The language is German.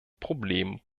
problemen